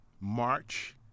March